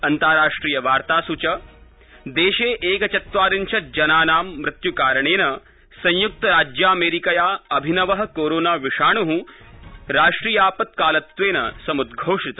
अन्ताराष्ट्रियवार्ताष् च देशे एकचत्वादिंत् जनानां मृत्युकारणेन संयुक्तराज्यामेरिकया अभिनवः कोरोना विषाण्ः राष्ट्रियापत्कालत्वेन समुद्वोषित